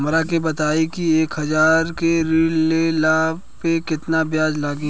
हमरा के बताई कि एक हज़ार के ऋण ले ला पे केतना ब्याज लागी?